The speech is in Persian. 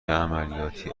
عملیاتی